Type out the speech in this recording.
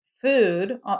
food